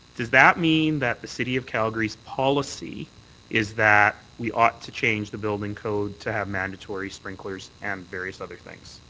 does that mean that the city of calgary's policy is that we ought to change the building code to have mandatory sprinklers and various other things?